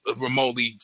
remotely